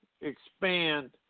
expand